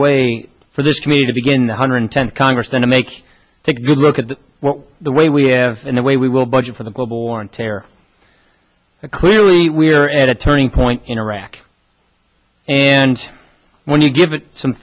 way for this to me to begin the hundred tenth congress than to make a good look at the way we have and the way we will budget for the global war on terror a clearly we're at a turning point in iraq and when you give it some